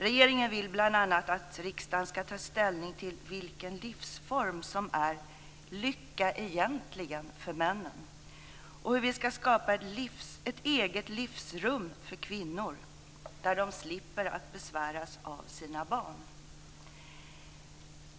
Regeringen vill bl.a. att riksdagen ska ta ställning till vilken livsform som "är lycka egentligen" för männen och hur vi ska skapa ett "eget livsrum" för kvinnor där de slipper besväras av sina barn.